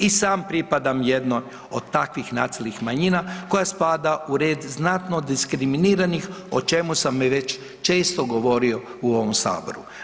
I sam pripadam jednoj od takvih nacionalnih manjina koja spada u red znatno diskriminiranih o čemu sam već i često govorio u ovom saboru.